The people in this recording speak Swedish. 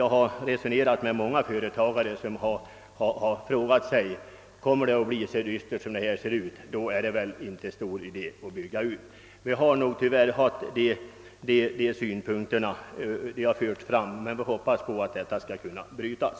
Jag har resonerat med många företagare som har sagt sig att det inte är stor idé för dem att bygga ut, om det kommer att bli så dystert som det ser ut att bli. Det är därför nödvändigt att snarast få fram ett positivt program så att den nuvarande pessimismen kan brytas.